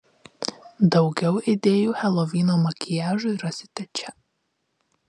daugiau idėjų helovyno makiažui rasite čia